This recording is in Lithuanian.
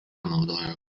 naudojo